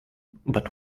but